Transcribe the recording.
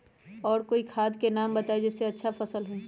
और कोइ खाद के नाम बताई जेसे अच्छा फसल होई?